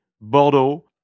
Bordeaux